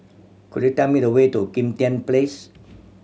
could you tell me the way to Kim Tian Place